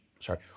sorry